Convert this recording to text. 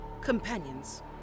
companions